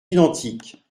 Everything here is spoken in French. identiques